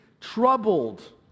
troubled